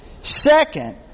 Second